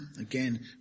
again